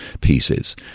pieces